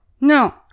No